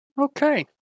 Okay